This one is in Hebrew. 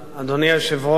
אדוני היושב-ראש,